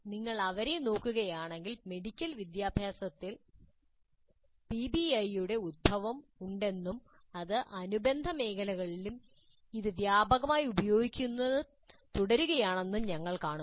നിങ്ങൾ അവരെ നോക്കുകയാണെങ്കിൽ മെഡിക്കൽ വിദ്യാഭ്യാസത്തിൽ പിബിഐയുടെ ഉത്ഭവം ഉണ്ടെന്നും അത് അനുബന്ധ മേഖലകളിലും ഇത് വ്യാപകമായി ഉപയോഗിക്കുന്നത് തുടരുകയാണെന്നും ഞങ്ങൾ കാണുന്നു